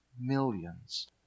millions